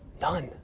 None